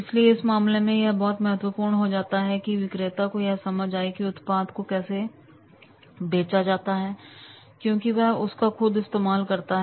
इसलिए इस मामले में यह बहुत ही महत्वपूर्ण हो जाता है की विक्रेता को यह समझ आए की उत्पाद को कैसे बेचा जाता है क्योंकि वह उसका खुद इस्तेमाल करता है